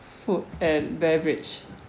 food and beverage